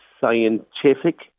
scientific